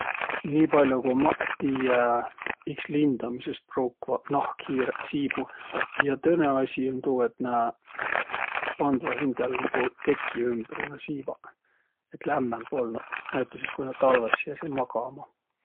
Niipall'o, ku maq tiiä, iks lindamisõs pruukvaq nahkhiireq siibu. Ja tõõnõ asi um tuu, et nä pandvaq hindäl nigu teki ümbre naaq siivaq, et lämmämb olnuq, näütüses, ku nä talvõs jääseq magama.